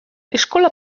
eskola